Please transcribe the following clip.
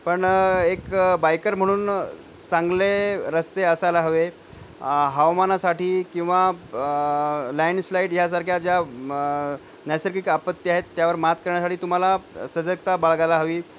पण एक बायकर म्हणून चांगले रस्ते असायला हवे हवामानासाठी किंवा लँडस्लाईड यासारख्या ज्या नैसर्गिक आपत्त्या आहेत त्यावर मात करण्यासाठी तुम्हाला सजगता बाळगायला हवी